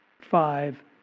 five